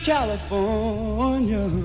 California